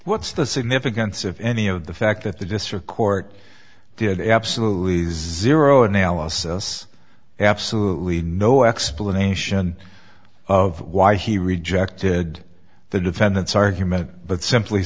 what's the significance of any of the fact that the district court did absolutely zero analysis absolutely no explanation of why he rejected the defendant's argument but simply